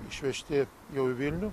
išvežti jau į vilnių